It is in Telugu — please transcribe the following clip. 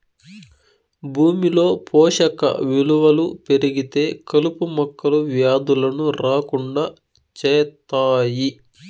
భూమిలో పోషక విలువలు పెరిగితే కలుపు మొక్కలు, వ్యాధులను రాకుండా చేత్తాయి